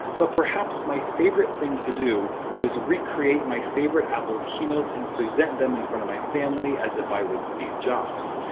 but perhaps my favorite thing to do was recreating my favorite apple keynotes and presenting them in front of my family as if i was steve jobs.